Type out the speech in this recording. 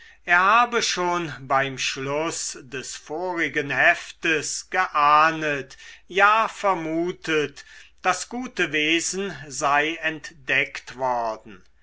er habe schon beim schluß des vorigen heftes geahnet ja vermutet das gute wesen sei entdeckt worden